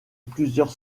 plusieurs